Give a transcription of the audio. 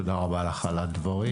תודה רבה לך על הדברים.